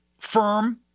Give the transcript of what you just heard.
firm